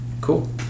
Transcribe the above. cool